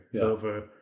over